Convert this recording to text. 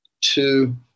two